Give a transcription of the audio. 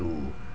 to